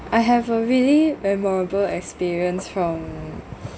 I have a really memorable experience from